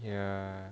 ya